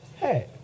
Hey